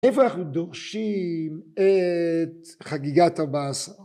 איפה אנחנו דורשים את חגיגת 14